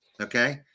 Okay